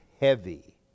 heavy